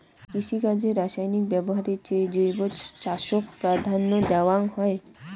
কৃষিকাজে রাসায়নিক ব্যবহারের চেয়ে জৈব চাষক প্রাধান্য দেওয়াং হই